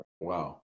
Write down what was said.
Wow